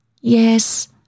Yes